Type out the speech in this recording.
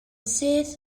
syth